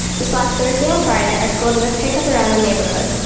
this last thursday and friday, our school did a pickup around the neighborhood.